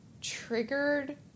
triggered